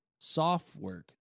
Softwork